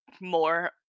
more